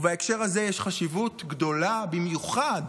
ובהקשר הזה יש חשיבות גדולה במיוחד